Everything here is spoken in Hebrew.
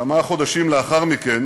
כמה חודשים לאחר מכן